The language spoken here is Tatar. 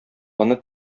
аны